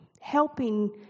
helping